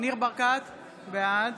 ניר ברקת, בעד